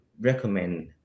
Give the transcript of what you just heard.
recommend